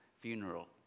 funeral